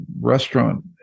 restaurant